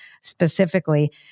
specifically